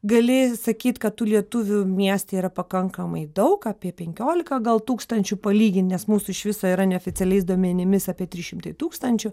gali sakyt kad tų lietuvių mieste yra pakankamai daug apie penkiolika gal tūkstančių palygint nes mūsų iš viso yra neoficialiais duomenimis apie trys šimtai tūkstančių